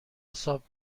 حساب